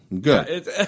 Good